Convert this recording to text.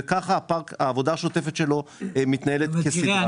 וככה העבודה השוטפת שלו מתנהלת כסדרה.